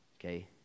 okay